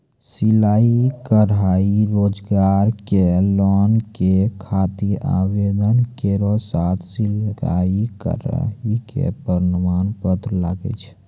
सिलाई कढ़ाई रोजगार के लोन के खातिर आवेदन केरो साथ सिलाई कढ़ाई के प्रमाण पत्र लागै छै?